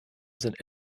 sind